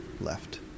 left